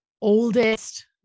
oldest